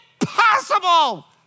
impossible